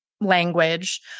language